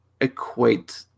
equate